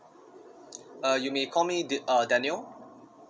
uh you may call du~ uh daniel